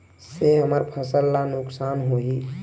से हमर फसल ला नुकसान होही?